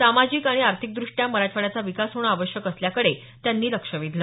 सामाजिक आणि आर्थिक दुष्ट्या मराठवाड्याचा विकास होणं आवश्यक असल्याकडे त्यांनी लक्ष वेधलं